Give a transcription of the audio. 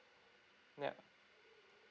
yup